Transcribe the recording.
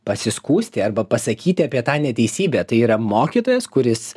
pasiskųsti arba pasakyti apie tą neteisybę tai yra mokytojas kuris